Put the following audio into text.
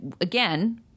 again